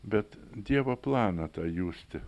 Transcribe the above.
bet dievo planą tą justi